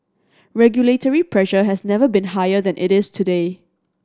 regulatory pressure has never been higher than it is today